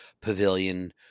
pavilion